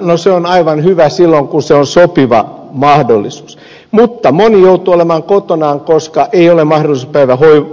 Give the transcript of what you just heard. no se on aivan hyvä silloin kun se on sopiva mahdollisuus mutta moni joutuu olemaan kotonaan koska ei ole mahdollisuutta